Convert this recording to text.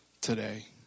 today